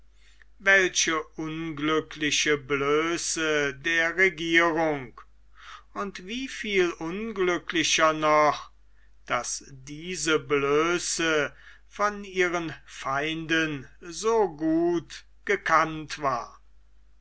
welche unglückliche blöße der regierung und wieviel unglücklicher noch daß diese blöße von ihren feinden so gut gekannt war